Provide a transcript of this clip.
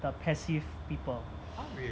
the passive people